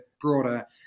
broader